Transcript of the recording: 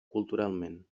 culturalment